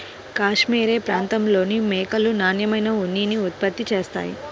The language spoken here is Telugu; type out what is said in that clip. కాష్మెరె ప్రాంతంలోని మేకలు నాణ్యమైన ఉన్నిని ఉత్పత్తి చేస్తాయి